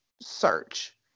search